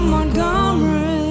Montgomery